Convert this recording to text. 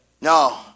No